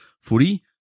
footy